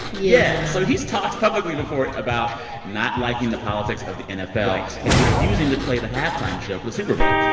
yeah. so he's talked publicly before about not liking the politics of the nfl. right. and refusing to play the halftime show for the super bowl.